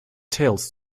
tales